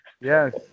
Yes